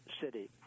city